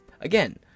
Again